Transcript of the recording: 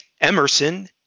Emerson